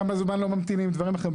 כמה זמן לא ממתינים ודברים אחרים,